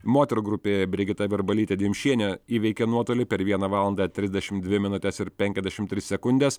moterų grupėje brigita virbalytė dimšienė įveikė nuotolį per vieną valandą trisdešim dvi minutes ir penkiasdešim tris sekundes